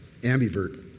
ambivert